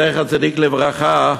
זכר צדיק לברכה,